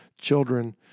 children